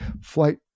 flight